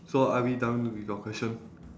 so are we done with your question